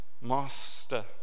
master